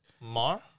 Mar